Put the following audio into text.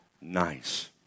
nice